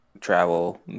travel